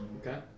Okay